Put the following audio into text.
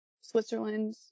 Switzerland